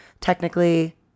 technically